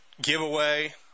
giveaway